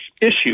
issue